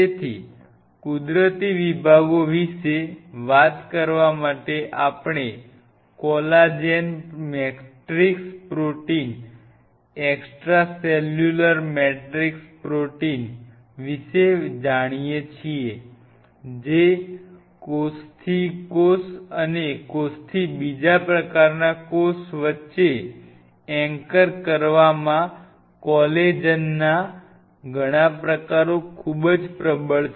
તેથી કુદરતી વિભાગો વિશે વાત કરવા માટે આપણે collagen matrix protein extra cellular matrix protein વિશે જાણીએ છીએ જે કોષથી કોષ અને કોષથી બીજા પ્રકારના કોષ વચ્ચે એન્કરેજ કરવામાં કોલેજનના ઘણા પ્રકારો ખૂબ જ પ્રબળ છે